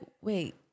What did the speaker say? wait